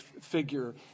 figure